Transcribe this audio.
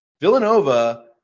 Villanova